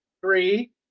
three